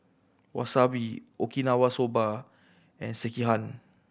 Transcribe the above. Wasabi Okinawa Soba and Sekihan